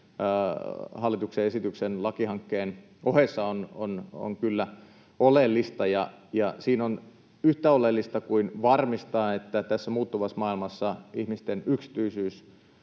hallituksen esityksen lakihankkeen ohessa on kyllä oleellista. Siinä on yhtä oleellista varmistaa, että tässä muuttuvassa maailmassa ihmisten yksityisyys